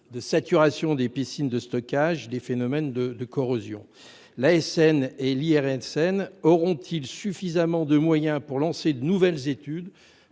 saturation des piscines de stockage ou phénomènes de corrosion. L'ASN et l'IRSN auront-ils suffisamment de moyens pour lancer de nouvelles études